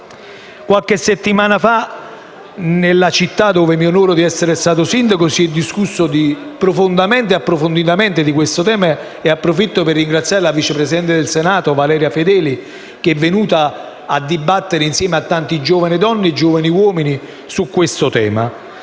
Qualche settimana fa, nella città di cui mi onoro di essere stato sindaco, si è discusso approfonditamente di questo tema, e approfitto per ringraziare la vice presidente del Senato Valeria Fedeli che è venuta a dibattere assieme a tante giovani donne e giovani uomini su questo tema.